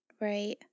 Right